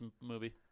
movie